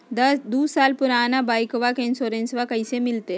दू साल पुराना बाइकबा के इंसोरेंसबा कैसे मिलते?